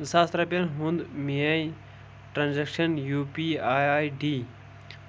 زٕ ساس رۄپِیَن ہُنٛد میٲنۍ transaction U P I I D